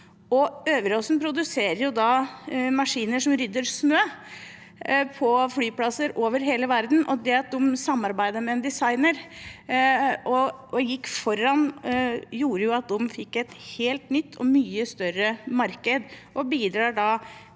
Øveraasen produserer maskiner som rydder snø på flyplasser over hele verden. Det at de samarbeider med en designer og gikk foran, gjorde at de fikk et helt nytt og mye større marked, og det bidrar